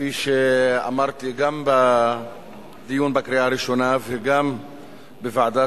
כפי שאמרתי גם בדיון בקריאה הראשונה וגם בוועדת